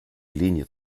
linie